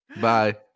Bye